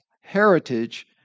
heritage